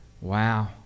Wow